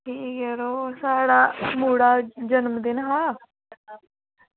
ठीक यरो साढ़े मुड़े दा जनमदिन हा